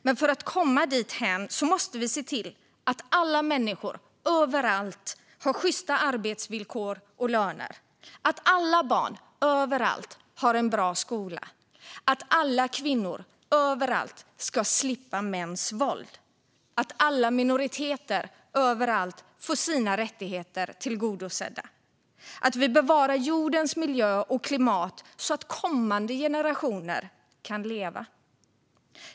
Men för att komma dithän måste vi se till att alla människor överallt har sjysta arbetsvillkor och löner, att alla barn överallt har en bra skola, att alla kvinnor överallt slipper mäns våld, att alla minoriteter överallt får sina rättigheter tillgodosedda och att vi bevarar jordens miljö och klimat så att kommande generationer kan leva.